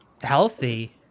healthy